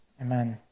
Amen